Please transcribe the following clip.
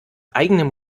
eigenem